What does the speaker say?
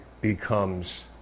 becomes